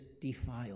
defiled